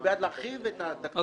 אני בעד להרחיב את התקציב,